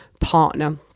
partner